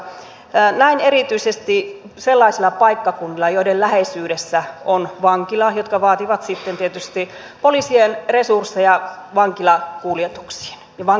näin on erityisesti sellaisilla paikkakunnilla joiden läheisyydessä on vankila mikä vaatii sitten tietysti poliisien resursseja vankila kuljetukseen vaan